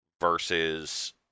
versus